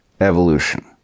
evolution